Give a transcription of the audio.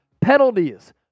penalties